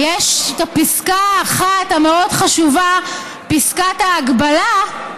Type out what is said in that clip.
יש את הפסקה האחת המאוד-חשובה, פסקת ההגבלה,